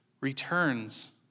returns